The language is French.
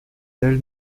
telle